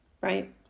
right